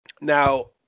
Now